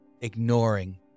ignoring